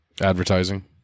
Advertising